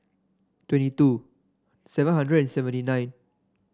twenty two seven hundred and seventy nine